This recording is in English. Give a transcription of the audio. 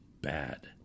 bad